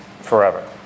forever